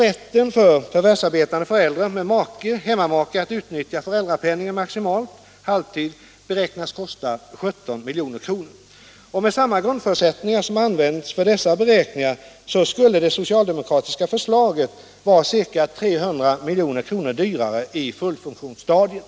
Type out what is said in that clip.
Rätten för förvärvsarbetande föräldrar med hemmavarande make att maximalt utnyttja föräldrapenningen till halvtid beräknas kosta 17 milj.kr. Med samma grundförutsättningar som använts för dessa beräkningar skulle det socialdemokratiska förslaget vara ungefär 300 milj.kr. dyrare i fullfunktionsstadiet.